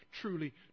truly